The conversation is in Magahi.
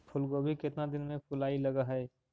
फुलगोभी केतना दिन में फुलाइ लग है?